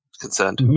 concerned